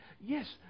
Yes